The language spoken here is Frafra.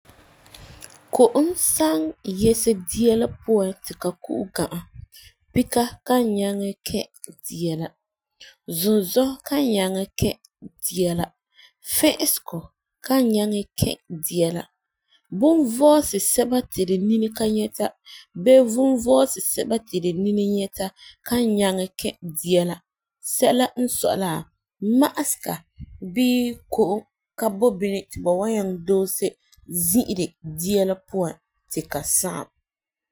Ko'om san yese dia la puan ti la ku'ɛ ga'a, pika kan nyaŋɛ kɛ dia la, zunzɔ kan nyaŋɛ kɛ dia la, fi'ɛsegɔ kan nyaŋɛ kɛ dia la, bunvo'ose sɛba ti fu nini ka nyɛta bee bunvo'ose sɛba ti tu nini nyɛta ka nyaŋɛ kɛ dia la sɛla n sɔi la, ma'asega bee ko'om ka boi bini ti ba nyaŋɛ doose zi'ire dia la puan ti ka sagum.